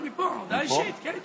מפה, מפה, הודעה אישית, כן כן.